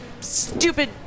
stupid